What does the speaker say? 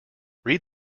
read